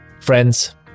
Friends